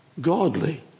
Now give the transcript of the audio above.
Godly